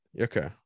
Okay